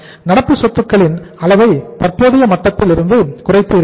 நடப்பு சொத்துக்களின் அளவை தற்போதைய மட்டத்திலிருந்து குறைத்து இருக்கிறோம்